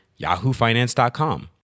yahoofinance.com